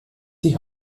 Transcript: die